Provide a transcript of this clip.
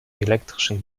elektrischen